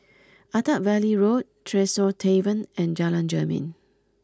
Attap Valley Road Tresor Tavern and Jalan Jermin